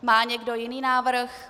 Má někdo jiný návrh?